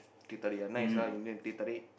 teh-tarik ah nice lah Indian teh-tarik